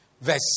Verse